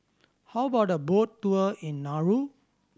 how about a boat tour in Nauru